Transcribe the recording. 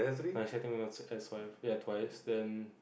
nah actually I think S_Y_F ya twice then